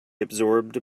absorbed